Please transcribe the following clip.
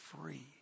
free